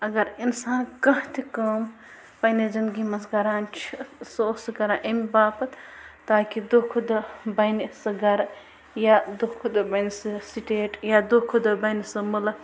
اگر اِنسان کانٛہہ تہِ کٲم پننہِ زِنٛدگی منٛز کَران چھُ سُہ اوس سُہ کَران امہِ باپتھ تاکہِ دۄہ کھۄتہٕ دۄہ بَنہِ سُہ گَرٕ یا دۄہ کھۄتہٕ دۄہ بَنہٕ سُہ سِٹیٹ یا دۄہ کھۄتہٕ دۄہ بَنہِ سُہ ملک